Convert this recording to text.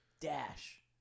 Dash